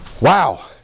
Wow